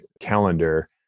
calendar